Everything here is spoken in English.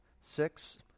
six